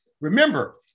Remember